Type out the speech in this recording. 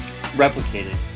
replicated